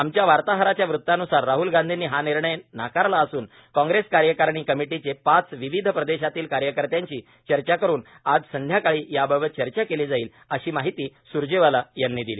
आमच्या वार्ताहराच्या वृत्तान्सार राहल गांधीनी हा निर्णय नाकारला असून कॉग्रक्ष कार्यकारिणी कमिटीच पाच विविध प्रदशातील कार्यकर्त्यांशी चर्चा करून आज संध्याकाळी याबाबत चर्चा क्रांनी जाईल अशी माहिती स्रजवाला यांनी दिली